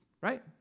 Right